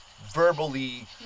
verbally